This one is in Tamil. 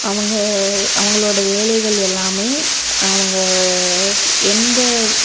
அவங்க அவங்களோட வேலைகள் எல்லாமே அவங்க எந்த